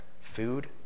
food